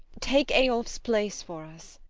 take eyolf's place for us